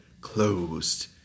closed